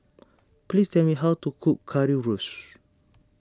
please tell me how to cook Currywurst